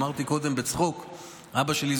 אמרתי קודם בצחוק שאבא שלי,